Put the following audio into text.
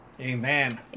Amen